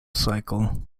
cycle